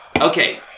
Okay